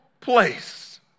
place